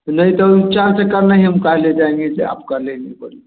तो नहीं तो वह चार चक्का नहीं हम काहे ले जाएँगे से आपका ले ले गरी